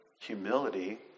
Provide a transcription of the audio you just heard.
humility